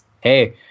hey